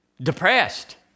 depressed